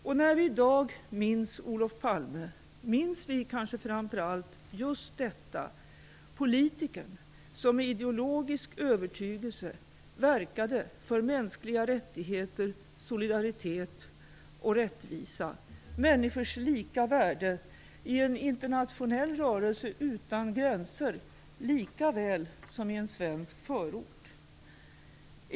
Och när vi i dag minns Olof Palme minns vi kanske framför allt just detta: politikern som med ideologisk övertygelse verkade för mänskliga rättigheter, solidaritet och rättvisa och för människors lika värde i en internationell rörelse utan gränser likaväl som i en svensk förort.